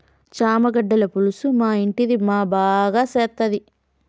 చామగడ్డల పులుసు మా ఇంటిది మా బాగా సేత్తది